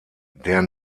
der